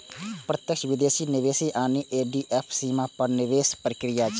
प्रत्यक्ष विदेशी निवेश यानी एफ.डी.आई सीमा पार निवेशक प्रक्रिया छियै